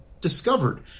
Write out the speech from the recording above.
discovered